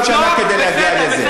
תבדוק את החוזר שהמפקחת הוציאה,